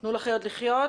מ'תנו לחיות לחיות'.